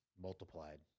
multiplied